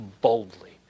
boldly